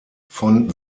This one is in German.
von